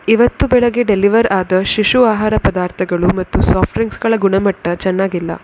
ಇವತ್ತು ಬೆಳಿಗ್ಗೆ ಡೆಲಿವರ್ ಆದ ಶಿಶು ಆಹಾರ ಪದಾರ್ಥಗಳು ಮತ್ತು ಸಾಫ್ಟ್ ಡ್ರಿಂಕ್ಸ್ಗಳ ಗುಣಮಟ್ಟ ಚೆನ್ನಾಗಿಲ್ಲ